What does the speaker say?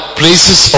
places